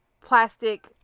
plastic